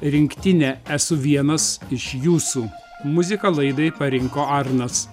rinktinę esu vienas iš jūsų muziką laidai parinko arnas